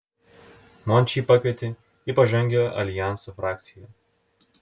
mončį pakvietė į pažangiojo aljanso frakciją